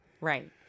right